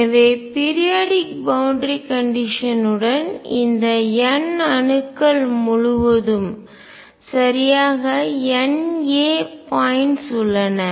எனவே periodic boundary condition யுடன் எல்லை நிபந்தனை இந்த n அணுக்கள் முழுவதும் சரியாக N a பாயிண்ட்ஸ் உள்ளன